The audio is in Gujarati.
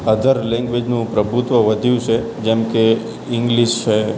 અધર લૅંગ્વેજનું પ્રભુત્ત્વ વધ્યું છે જેમ કે ઇંગ્લિશ છે